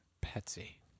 Petsy